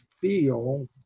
feel